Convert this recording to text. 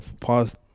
past